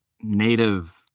native